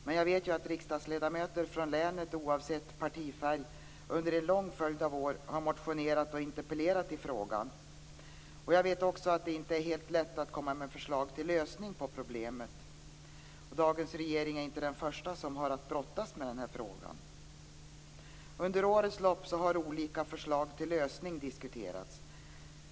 Men jag vet att riksdagsledamöter från länet oavsett partifärg under en lång följd av år har motionerat och interpellerat i frågan. Jag vet också att det inte är helt lätt att komma med förslag till lösning på problemet. Dagens regering är inte den första som har att brottas med frågan. Under årens lopp har olika förslag till lösning diskuterats.